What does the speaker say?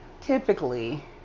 typically